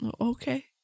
Okay